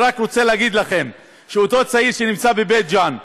אני רק רוצה להגיד לכם שאותו צעיר שנמצא בבית ג'ן,